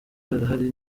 barahari